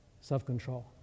self-control